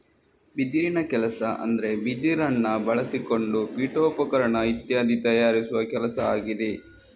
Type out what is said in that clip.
ಬಿದಿರಿನ ಕೆಲಸ ಅಂದ್ರೆ ಬಿದಿರನ್ನ ಬಳಸಿಕೊಂಡು ಪೀಠೋಪಕರಣ ಇತ್ಯಾದಿ ತಯಾರಿಸುವ ಕೆಲಸ ಆಗಿದೆ